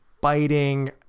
biting